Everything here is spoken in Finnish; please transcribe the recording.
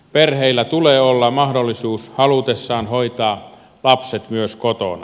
perheillä tulee olla mahdollisuus halutessaan hoitaa lapset myös kotona